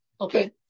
Okay